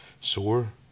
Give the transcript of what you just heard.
sore